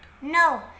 No